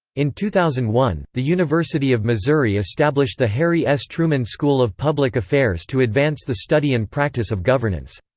in two thousand and one, the university of missouri established the harry s. truman school of public affairs to advance the study and practice of governance.